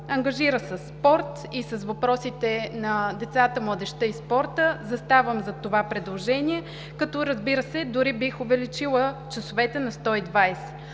ангажира със спорт и с въпросите на децата, младежта и спорта, заставам зад това предложение, като разбира се, дори бих увеличила часовете на 120,